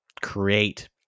create